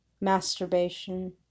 masturbation